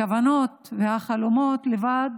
הכוונות והחלומות לבד